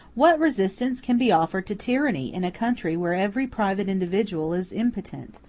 what resistance can be offered to tyranny in a country where every private individual is impotent,